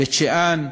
בית-שאן,